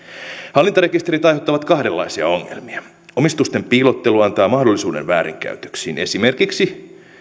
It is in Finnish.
hallintarekisterit aiheuttavat kahdenlaisia ongelmia omistusten piilottelu antaa mahdollisuuden väärinkäytöksiin esimerkiksi